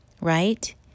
right